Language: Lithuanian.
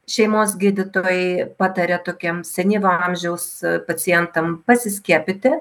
šeimos gydytojai pataria tokiem senyvo amžiaus pacientam pasiskiepyti